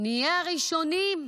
נהיה הראשונים,